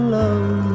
love